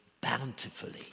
bountifully